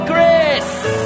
Grace